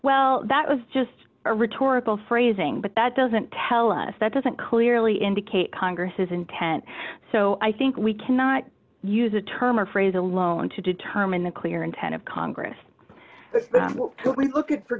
well that was just a rhetorical phrasing but that doesn't tell us that doesn't clearly indicate congress's intent so i think we cannot use a term or phrase alone to determine the clear intent of congress when you look at for